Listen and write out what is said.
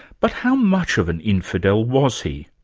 but how much of an infidel was he?